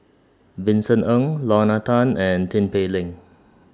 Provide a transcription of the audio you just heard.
Vincent Ng Lorna Tan and Tin Pei Ling